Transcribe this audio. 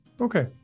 okay